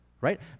Right